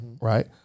right